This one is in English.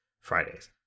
Fridays